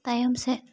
ᱛᱟᱭᱚᱢ ᱥᱮᱫ